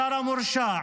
השר המורשע,